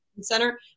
center